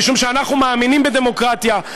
משום שאנחנו מאמינים בדמוקרטיה,